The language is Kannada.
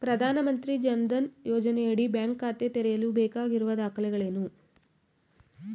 ಪ್ರಧಾನಮಂತ್ರಿ ಜನ್ ಧನ್ ಯೋಜನೆಯಡಿ ಬ್ಯಾಂಕ್ ಖಾತೆ ತೆರೆಯಲು ಬೇಕಾಗಿರುವ ದಾಖಲೆಗಳೇನು?